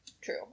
True